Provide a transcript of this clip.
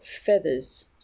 feathers